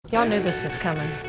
y'all knew this was comin'.